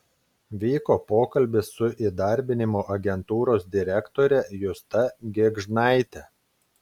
vyko pokalbis su įdarbinimo agentūros direktore justa gėgžnaite